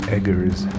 Eggers